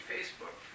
Facebook